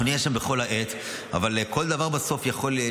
אנחנו נהיה שם כל העת, אבל כל דבר בסוף יכול להיות